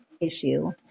issue